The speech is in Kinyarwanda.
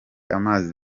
amazi